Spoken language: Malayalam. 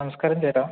നമസ്കാരം ചേട്ടാ